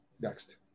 next